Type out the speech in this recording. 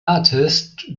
artist